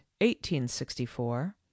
1864